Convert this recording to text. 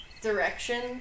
direction